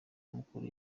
mukuru